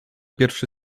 pierwszy